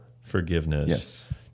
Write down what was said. forgiveness